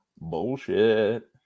bullshit